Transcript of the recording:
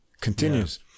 Continues